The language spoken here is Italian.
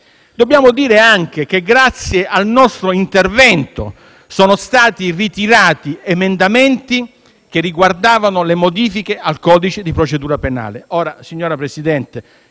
Dobbiamo dire anche che, grazie al nostro intervento, sono stati ritirati emendamenti che riguardavano le modifiche al codice di procedura penale.